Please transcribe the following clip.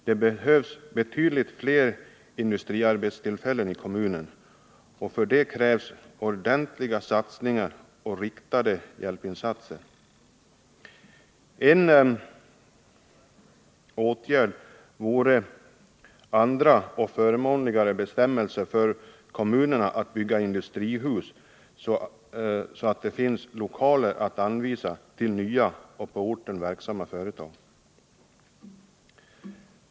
Det behövs betydligt fler industriarbetstillfällen i kommunen och för det krävs det ordentliga satsningar och riktade hjälpinsatser. En åtgärd vore andra och förmånligare bestämmelser för kommunerna att bygga industrihus, så att det finns lokaler att anvisa till nya och på orten verksamma företag.